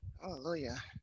Hallelujah